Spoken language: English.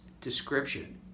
description